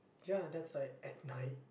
ya that's like at night